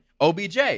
OBJ